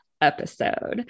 episode